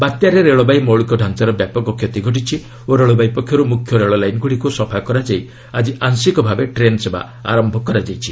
ବାତ୍ୟାରେ ରେଳବାଇ ମୌଳିକ ଢାଞାର ବ୍ୟାପକ କ୍ଷତି ଘଟିଛି ଓ ରେଳବାଇ ପକ୍ଷରୁ ମୁଖ୍ୟ ରେଳଲାଇନ୍ଗୁଡ଼ିକୁ ସଫା କରାଯାଇ ଆଜି ଆଂଶିକ ଭାବେ ଟ୍ରେନ୍ ସେବା ଆରମ୍ଭ କରାଯାଇଛି